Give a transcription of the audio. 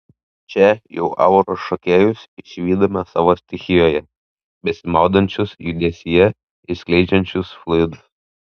čia jau auros šokėjus išvydome savo stichijoje besimaudančius judesyje ir skleidžiančius fluidus